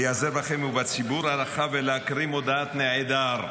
להיעזר בכם ובציבור הרחב ולהקריא מודעת נעדר.